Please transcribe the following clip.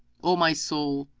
o my soul,